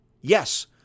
Yes